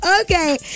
Okay